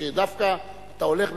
שדווקא אתה הולך,